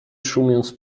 szumiąc